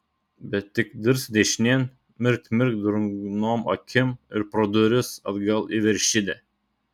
bet tik dirst dešinėn mirkt mirkt drungnom akim ir pro duris atgal į veršidę